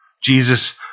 Jesus